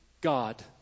God